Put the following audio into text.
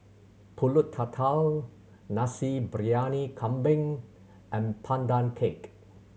Pulut Tatal Nasi Briyani Kambing and Pandan Cake